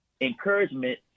encouragement